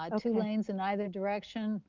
um two lanes in either direction,